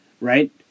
right